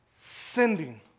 sending